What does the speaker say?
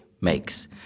makes